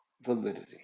validity